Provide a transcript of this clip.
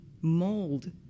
mold